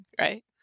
right